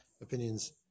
opinions